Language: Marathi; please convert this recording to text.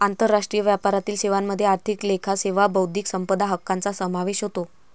आंतरराष्ट्रीय व्यापारातील सेवांमध्ये आर्थिक लेखा सेवा बौद्धिक संपदा हक्कांचा समावेश होतो